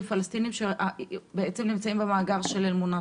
פלסטיניים שנמצאים במאגר של אלמונסק,